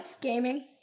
Gaming